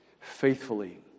faithfully